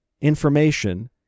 information